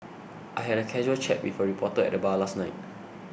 I had a casual chat with a reporter at the bar last night